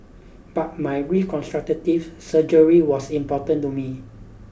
but my reconstructive surgery was important to me